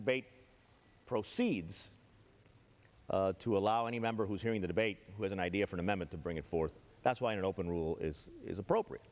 debate proceeds to allow any member who's hearing the debate with an idea for an amendment to bring it forth that's wide open rule is is appropriate